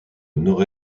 nord